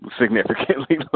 significantly